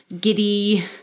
giddy